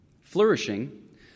Flourishing